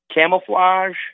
camouflage